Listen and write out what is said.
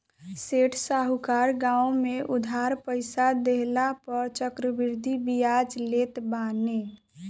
सेठ साहूकार गांव में उधार पईसा देहला पअ चक्रवृद्धि बियाज लेत बाने